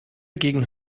gegen